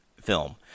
film